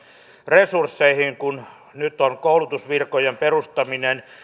resursseista kun nyt on koulutusvirkojen perustaminen